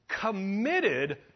committed